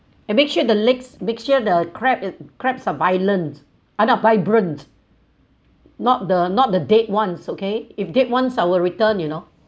and make sure the legs make sure the crab it crabs are violent uh not vibrant not the not the dead one okay if dead one I will return you know